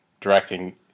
directing